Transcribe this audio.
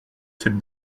cette